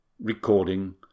Recording